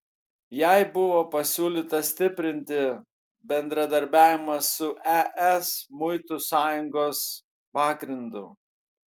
jai buvo pasiūlyta stiprinti bendradarbiavimą su es muitų sąjungos pagrindu